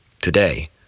today